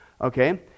Okay